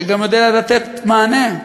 שגם יודע לתת מענה,